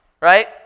right